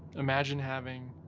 imagine having